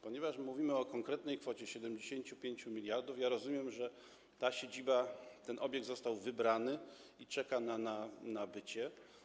Ponieważ mówimy o konkretnej kwocie 75 mld, rozumiem, że ta siedziba, ten obiekt został wybrany i czeka na nabycie.